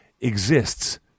exists